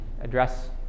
address